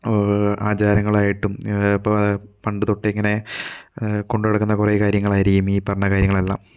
ആചാരങ്ങളായിട്ടും അപ്പം പണ്ട് തൊട്ടിങ്ങനെ കൊണ്ട് നടക്കുന്ന കുറെ കാര്യങ്ങളായിരിക്കും ഈ പറഞ്ഞ കാര്യങ്ങളെല്ലാം